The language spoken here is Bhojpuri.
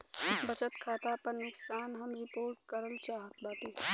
बचत खाता पर नुकसान हम रिपोर्ट करल चाहत बाटी